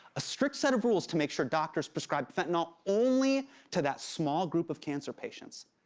a strict set of rules to make sure doctors prescribed fentanyl only to that small group of cancer patients.